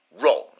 wrong